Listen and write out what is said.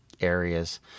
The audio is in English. areas